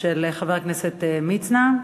של חבר הכנסת מצנע.